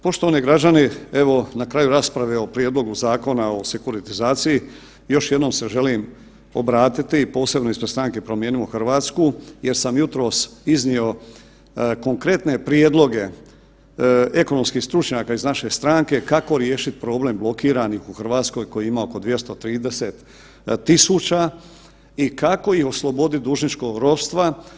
Poštovani građani, evo na kraju rasprave o prijedlogu Zakona o sekuritizaciji još jednom se želim obratiti i posebno ispred Stranke Promijenimo Hrvatsku jer sam jutros iznio konkretne prijedloge ekonomskih stručnjaka iz naše stranke kako riješit problem blokiranih u RH kojih ima oko 230 000 i kako ih oslobodit dužničkog ropstva.